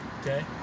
okay